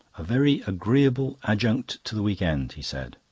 a very agreeable adjunct to the week-end, he said.